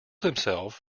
himself